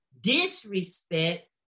disrespect